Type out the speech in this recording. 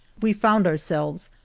we found ourselves,